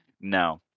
No